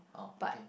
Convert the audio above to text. but